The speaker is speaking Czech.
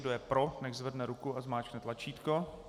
Kdo je pro, nechť zvedne ruku a zmáčkne tlačítko.